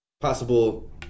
possible